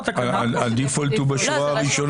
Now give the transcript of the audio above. הדיפולט הוא בשורה הראשונה.